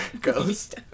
ghost